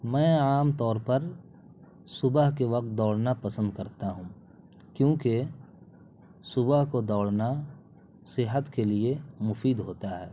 میں عام طور پر صبح کے وقت دوڑنا پسند کرتا ہوں کیونکہ صبح کو دوڑنا صحت کے لیے مفید ہوتا ہے